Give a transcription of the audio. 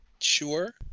Sure